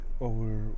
over